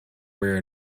where